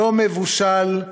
לא מבושל,